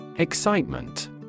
Excitement